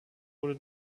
wurde